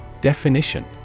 Definition